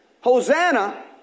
Hosanna